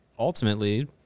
ultimately